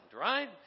right